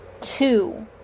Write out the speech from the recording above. two